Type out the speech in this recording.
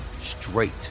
straight